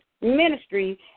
Ministry